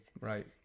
Right